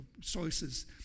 sources